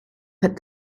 but